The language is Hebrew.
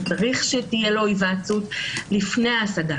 וצריך שתהיה לו היוועצות לפני ההשגה,